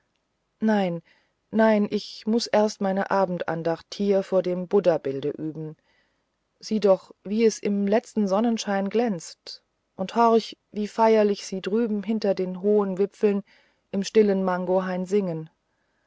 nein nein ich muß erst meine abendandacht hier vor dem buddhabilde üben sieh doch wie es im letzten sonnenschein glänzt und horch wie feierlich sie drüben hinter den hohen wipfeln im stillen mangohain singen